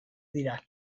dira